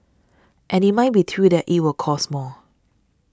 and it might be true that it will cost more